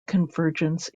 convergence